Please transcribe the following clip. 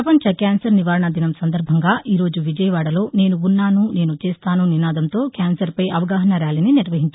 ప్రపంచ క్యాన్సర్ నివారణా దినం సందర్భంగా ఈరోజు విజయవాడలో నేను వున్నాను నేను చేస్తాను నినాదంతో క్యాన్సర్పై అవగాహనా ర్యాలీని నిర్వహించారు